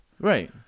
Right